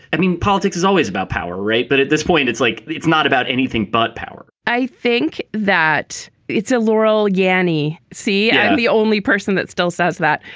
i mean, politics is always about power. right. but at this point, it's like it's not about anything but power i think that it's a laurel yianni. see, the only person that still says that.